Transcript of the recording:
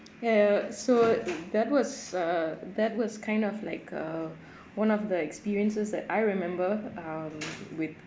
ya ya so that was err that was kind of like err one of the experiences that I remember um with travelling